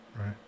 right